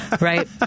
right